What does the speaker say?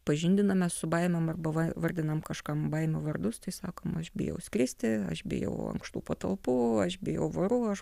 pažindiname su baimėm arba va vardinam kažkam baimių vardus tai sakom aš bijau skristi aš bijau ankštų patalpų aš bijau vorų aš